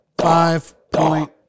Five-point